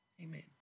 Amen